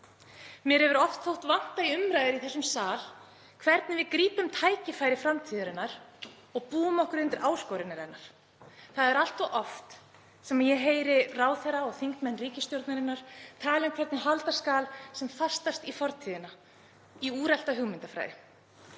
Mér hefur oft þótt vanta í umræður í þessum sal hvernig við grípum tækifæri framtíðarinnar og búum okkur undir áskoranir hennar. Það er allt of oft sem ég heyri ráðherra og þingmenn ríkisstjórnarinnar tala um hvernig halda skal sem fastast í fortíðina, í úrelta hugmyndafræði.